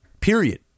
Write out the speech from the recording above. Period